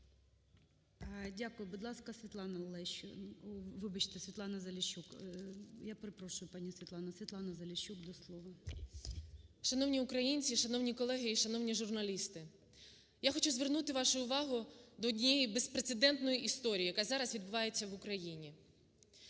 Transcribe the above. вибачте, будь ласка, Світлана Заліщук. Я перепрошую, пані Світлана. Світлана Заліщук, до слова. 13:34:31 ЗАЛІЩУК С.П. Шановні колеги, шановні українці і шановні журналісти! Я хочу звернути вашу увагу до однієї безпрецедентної історії, яка зараз відбувається в Україні.